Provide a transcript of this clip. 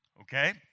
Okay